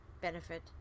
benefit